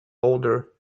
older